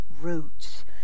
roots